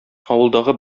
авылдагы